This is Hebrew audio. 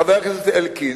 חבר הכנסת אלקין,